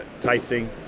tasting